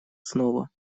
снова